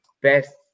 best